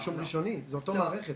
רישום ראשוני, זה אותה מערכת.